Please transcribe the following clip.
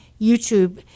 YouTube